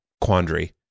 quandary